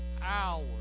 Hours